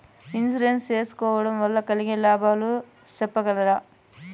Insurance సేసుకోవడం వల్ల కలిగే లాభాలు సెప్పగలరా?